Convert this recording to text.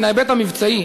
מן ההיבט המבצעי,